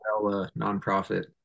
nonprofit